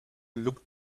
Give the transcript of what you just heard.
looked